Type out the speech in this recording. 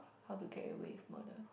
How to Get Away with Murder